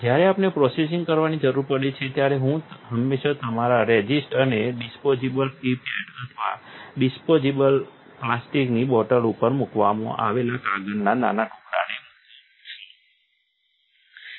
જ્યારે આપણે પ્રોસેસિંગ કરવાની જરૂર પડે ત્યારે હું હંમેશાં તમારા રેઝિસ્ટ અને ડિસ્પોઝિબલ પિપેટ અથવા આ ડિસ્પોઝિબલ પ્લાસ્ટિકની બોટલ ઉપર મૂકવામાં આવેલા કાગળના નાના ટુકડાને મુકુ છું